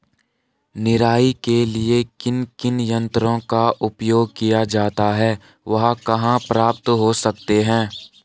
निराई के लिए किन किन यंत्रों का उपयोग किया जाता है वह कहाँ प्राप्त हो सकते हैं?